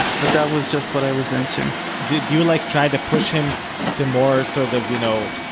but that was just what i was into did you like try to push him to more, sort of, you know,